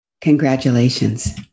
congratulations